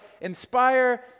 inspire